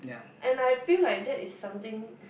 and I feel like that is something